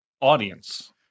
Audience